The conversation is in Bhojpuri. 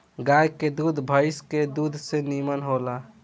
गाय के दूध भइस के दूध से निमन होला